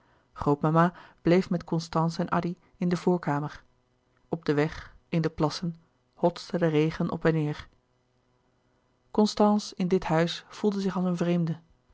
bleef met constance en addy in de voorkamer op den weg in de plassen hotste de regen op en neêr constance in dit huis voelde zich als een vreemde